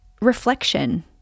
reflection